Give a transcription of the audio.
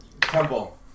Temple